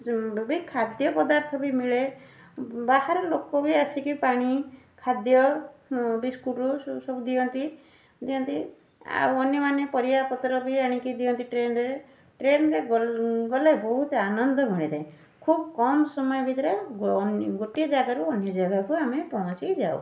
ଟ୍ରେନ୍ରେ ବି ଖାଦ୍ୟପଦାର୍ଥ ବି ମିଳେ ବାହାର ଲୋକ ବି ଆସିକି ପାଣି ଖାଦ୍ୟ ବିସ୍କୁଟ୍ ଦିଅନ୍ତି ଦିଅନ୍ତି ଆଉ ଅନ୍ୟମାନେ ବି ପରିବାପତ୍ର ଆଣିକି ଦିଅନ୍ତି ଟ୍ରେନ୍ରେ ଟ୍ରେନ୍ରେ ଗଲେ ବହୁତ ଆନନ୍ଦ ମିଳିଥାଏ ଖୁବ୍ କମ୍ ସମୟ ଭିତରେ ଗୋଟିଏ ଜାଗାରୁ ଅନ୍ୟଜାଗାକୁ ଆମେ ପହଞ୍ଚିଯାଉ